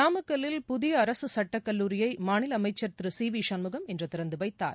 நாமக்கல்லில் புதிய அரசு சுட்டக்கல்லூரியை மாநில அமைச்சர் திரு சி வி சண்முகம் இன்று திறந்துவைத்தார்